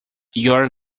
your